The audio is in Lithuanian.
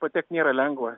patekt nėra lengva